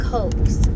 Cokes